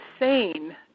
insane